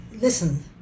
listen